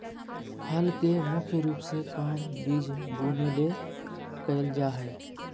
हल के मुख्य रूप से काम बिज बुने ले कयल जा हइ